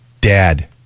Dad